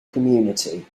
community